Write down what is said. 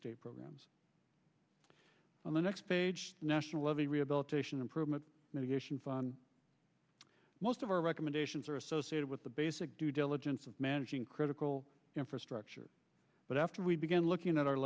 state programs on the next page national the rehabilitation improvement mitigation fund most of our recommendations are associated with the basic due diligence of managing critical infrastructure but after begin looking at our